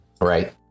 Right